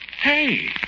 Hey